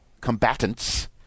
combatants